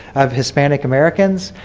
of hispanic americans,